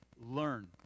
learn